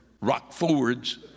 Rock-Forwards